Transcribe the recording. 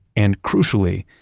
and, crucially,